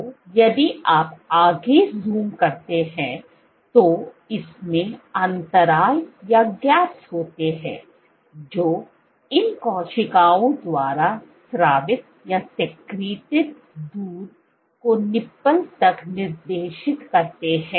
तो यदि आप आगे ज़ूम करते हैं तो इसमे अंतराल होते हैं जो इन कोशिकाओं द्वारा स्रावित दूध को निप्पल तक निर्देशित करते हैं